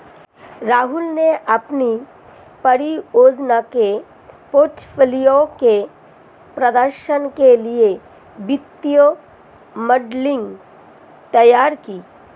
राहुल ने अपनी परियोजना के पोर्टफोलियो के प्रदर्शन के लिए वित्तीय मॉडलिंग तैयार की